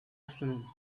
afternoon